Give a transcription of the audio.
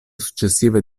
successiva